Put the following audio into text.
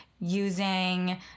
using